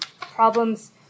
problems